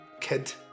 kid